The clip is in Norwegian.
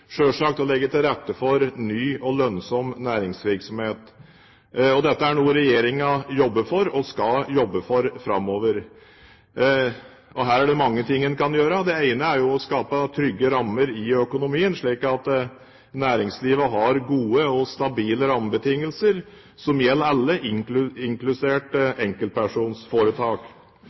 å legge til rette for en ny og lønnsom næringsvirksomhet. Dette er noe regjeringen jobber for og skal jobbe for framover. Her er det mange ting en kan gjøre. Det ene er å skape trygge rammer i økonomien, slik at næringslivet har gode og stabile rammebetingelser som gjelder alle, inkludert